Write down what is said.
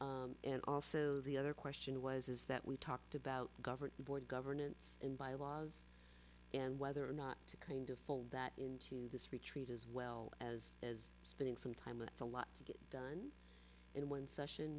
facilitation and also the other question was is that we talked about governing board governance and bylaws and whether or not to kind of full that into this retreat as well as is spending some time and it's a lot to get done in one session